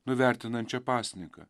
nuvertinančia pasninką